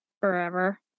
Forever